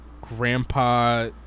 Grandpa